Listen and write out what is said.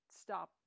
stop